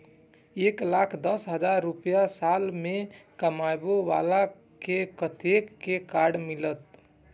एक लाख दस हजार रुपया साल में कमाबै बाला के कतेक के कार्ड मिलत?